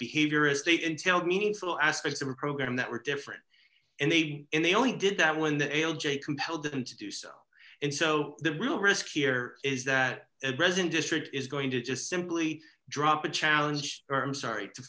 behaviorist eight entailed meaningful aspects of a program that were different and they and they only did that when the ale j compelled them to do so and so the real risk here is that at present district is going to just simply drop it challenge or i'm sorry to